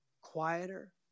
quieter